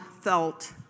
felt